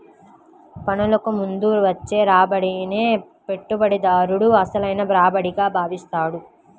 పన్నులకు ముందు వచ్చే రాబడినే పెట్టుబడిదారుడు అసలైన రాబడిగా భావిస్తాడు